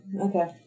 Okay